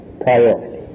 priority